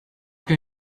can